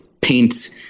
paints